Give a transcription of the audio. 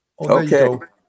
Okay